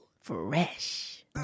Fresh